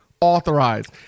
authorized